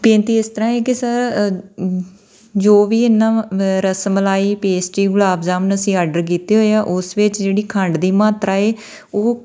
ਬੇਨਤੀ ਇਸ ਤਰ੍ਹਾਂ ਹੈ ਕਿ ਸਰ ਜੋ ਵੀ ਇਨਾ ਰਸ ਮਲਾਈ ਪੇਸਟੀ ਗੁਲਾਬ ਜਾਮੁਨ ਅਸੀਂ ਆਰਡਰ ਕੀਤੇ ਹੋਏ ਆ ਉਸ ਵਿੱਚ ਜਿਹੜੀ ਖੰਡ ਦੀ ਮਾਤਰਾ ਹੈ ਉਹ